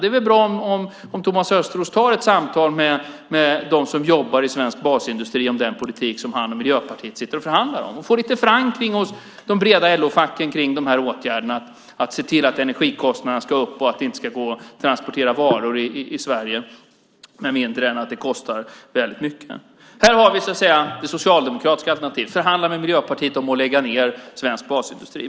Det är väl bra om Thomas Östros tar ett samtal med dem som jobbar i svensk basindustri om den politik som han och Miljöpartiet sitter och förhandlar om och även får lite förankring hos de breda LO-facken när det gäller de olika åtgärderna - att se till att energikostnaderna ska upp och att det inte ska gå att transportera varor i Sverige med mindre än att det kostar väldigt mycket. Här har vi det socialdemokratiska alternativet: att förhandla med Miljöpartiet om att lägga ned svensk basindustri.